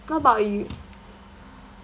what about you